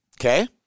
Okay